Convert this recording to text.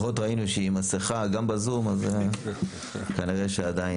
מכיוון שהמטרה של החוק היא